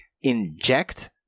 inject